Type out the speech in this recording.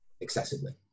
excessively